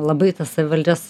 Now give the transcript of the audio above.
labai tas savivaldžias